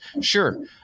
Sure